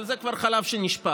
אבל זה כבר חלב שנשפך.